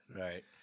Right